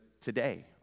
today